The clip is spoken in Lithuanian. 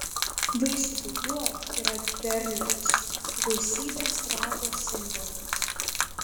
vaisių dubuo yra derliaus gausybės rago simbolis